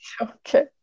Okay